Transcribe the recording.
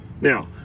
now